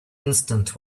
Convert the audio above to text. instant